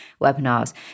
webinars